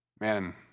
man